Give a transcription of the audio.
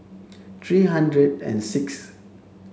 three hundred and sixth